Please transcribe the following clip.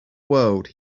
world